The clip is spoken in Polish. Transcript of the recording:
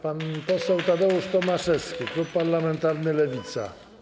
Pan poseł Tadeusz Tomaszewski, klub parlamentarny Lewica.